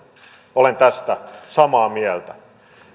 olen tästä samaa mieltä